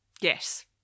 Yes